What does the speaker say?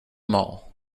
mall